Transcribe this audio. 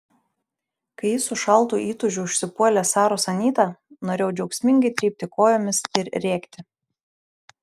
kai ji su šaltu įtūžiu užsipuolė saros anytą norėjau džiaugsmingai trypti kojomis ir rėkti